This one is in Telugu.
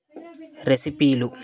రెసిపీలు